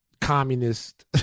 communist